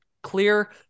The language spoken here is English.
clear